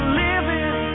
living